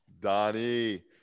Donnie